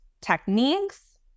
techniques